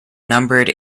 numbered